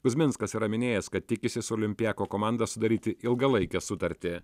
kuzminskas yra minėjęs kad tikisi su olimpiako komanda sudaryti ilgalaikę sutartį